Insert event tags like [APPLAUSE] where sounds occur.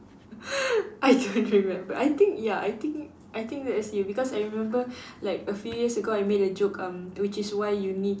[NOISE] I don't remember I think ya I think I think that is you because I remember like a few years ago I made a joke um which is why you need